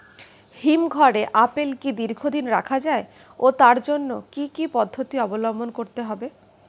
হিমঘরে আপেল কি দীর্ঘদিন রাখা যায় ও তার জন্য কি কি পদ্ধতি অবলম্বন করতে হবে?